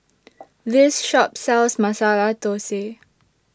This Shop sells Masala Thosai